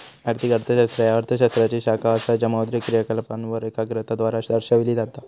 आर्थिक अर्थशास्त्र ह्या अर्थ शास्त्राची शाखा असा ज्या मौद्रिक क्रियाकलापांवर एकाग्रता द्वारा दर्शविला जाता